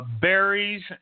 berries